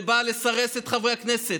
זה בא לסרס את חברי הכנסת.